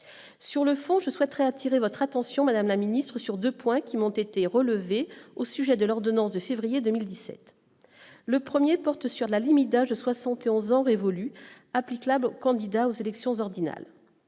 sur le fond, je souhaiterais attirer votre attention, madame la ministre, sur 2 points qui m'ont été relevés au sujet de l'ordonnance de février 2017, le 1er porte sur la limite d'âge de 71 ans révolus applique la candidat aux élections ordinale